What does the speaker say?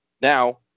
Now